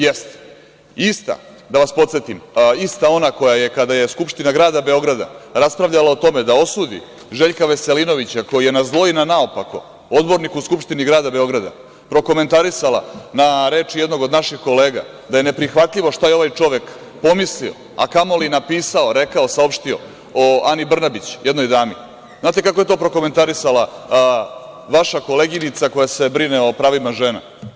Jeste, da vas podsetim, ista ona koja je, kada je Skupština grada Beograda raspravljala o tome da osudi Željka Veselinovića, koji je, na zlo i na naopako, odbornik u Skupštini grada Beograda, prokomentarisala na reči jednog od naših kolega da je neprihvatljivo šta je ovaj čovek pomislio, a kamoli napisao, rekao, saopštio, o Ani Brnabić, jednoj dami, znate kako je to prokomentarisala vaša koleginica koja se brine o pravima žena?